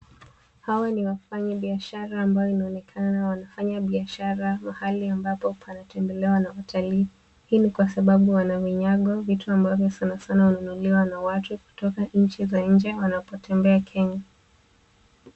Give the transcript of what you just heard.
Hawa ni wafanyi biashara ambao inaonekana wanafanya biashara mahali ambapo panatembelewa na watalii. Hii ni kwa sababu wana vinyango, vitu ambazo sana sana hununuliwa na watu kutoka nchi za nje wanapotembea Kenya.